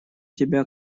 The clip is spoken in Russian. тебя